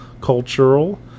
cultural